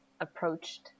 approached